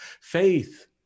Faith